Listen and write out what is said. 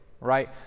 right